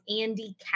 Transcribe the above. Andy